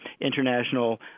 international